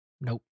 Nope